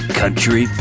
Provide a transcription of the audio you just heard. country